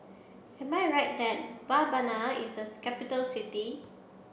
am I right that Babana is a capital city